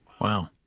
Wow